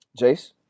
jace